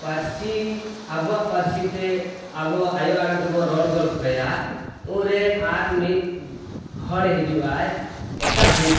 ᱯᱟᱹᱨᱥᱤ ᱟᱵᱚᱣᱟᱜ ᱯᱟᱹᱨᱥᱤᱛᱮ ᱟᱵᱚᱣᱟᱜ ᱟᱭᱚ ᱟᱲᱟᱝ ᱛᱮᱵᱚᱱ ᱨᱚᱲ ᱜᱚᱞᱯᱷᱚᱭᱟ ᱩᱱᱨᱮ ᱟᱨᱢᱤᱫ ᱦᱚᱲᱮ ᱦᱤᱡᱩᱜ ᱟᱭ ᱮᱴᱟᱜ ᱫᱤᱠ